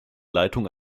leitung